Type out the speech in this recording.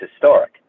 historic